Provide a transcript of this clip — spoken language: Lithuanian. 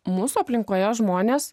mūsų aplinkoje žmonės